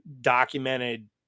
documented